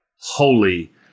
holy